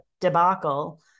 debacle